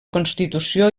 constitució